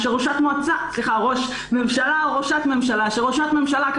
כשכמובן "ראשת ממשלה"